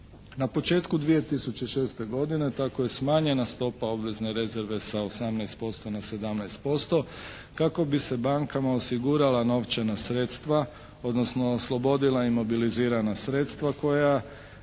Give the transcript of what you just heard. Na počeku 2006. godine tako je smanjena stopa obvezne rezerve sa 18% na 17% kako bi se bankama osigurala novčana sredstva, odnosno oslobodila imobilizirana sredstva koja